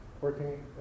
working